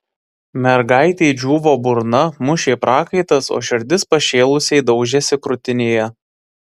mergaitei džiūvo burna mušė prakaitas o širdis pašėlusiai daužėsi krūtinėje